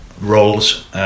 roles